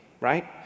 right